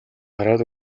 хараад